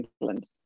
England